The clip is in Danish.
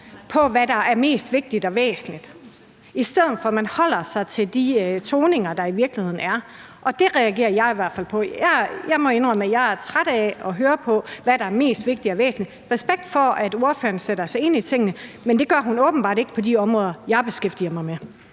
af, hvad der er mest vigtigt og væsentligt, i stedet for at man forholder sig til de udmeldinger, der i virkeligheden er, og det reagerer jeg i hvert fald på. Jeg må indrømme, at jeg er træt af at høre på, hvad der er mest vigtigt og væsentligt. Respekt for, at ordføreren sætter sig ind i tingene, men det gør hun åbenbart ikke på de områder, jeg beskæftiger mig med.